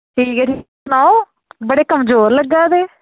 ठीक ऐ तुस सनाओ बड़े कमजोर लग्गा दे